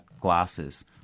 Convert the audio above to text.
glasses